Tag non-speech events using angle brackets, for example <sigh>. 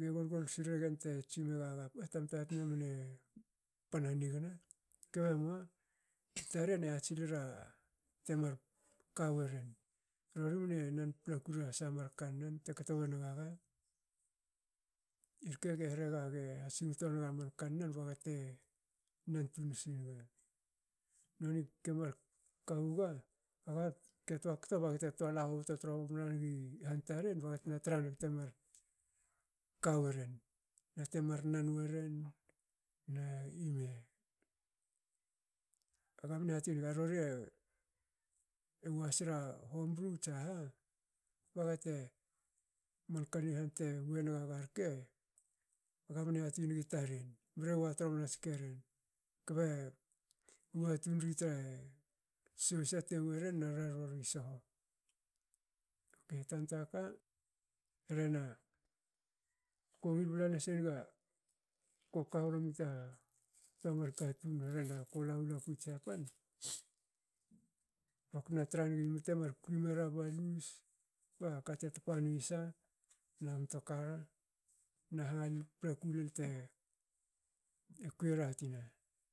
ge golgol sil regen te tsi mera,"puo tamta tina mne pan hanigna."Kbe mua taren e yati silera temar ka weren rori mne nan paplaku ra sha mar kannan te kto wongaga. irke age rhega ge hasingto naga man kannan baga te nan tun nasi naga. noni kemar ka wuga. Aga ke toa kto baga te toa la hobto tromna nigi han taren baga tna tra naga temar ka weren nate mar nan weren na ime. Aga mne yati naga rori e <hesitation> ewa sira hombru tsaha baga te manka ni han tewe nagaga rke- aga mne yati nigi taren wa tromna tskeren kbe watun ri te sohsa te weren na rori soho. Okei tanta ka. rhena ko ngil bla nasenga koka gonomi ta- ta mar katun rhena kola wola kui jiapan baktna tra nigi mte mar kui mera balus baka tapa ni ysa na mtokar naha paplaku lol te <hesitation> kui era tina.